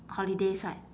holidays right